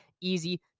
easy